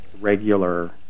regular